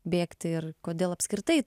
bėgti ir kodėl apskritai